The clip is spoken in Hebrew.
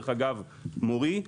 מורי.